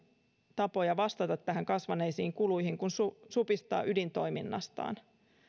tapoja vastata kasvaneisiin kuluihin kuin supistaa ydintoiminnastaan